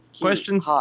question